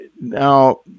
Now